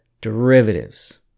derivatives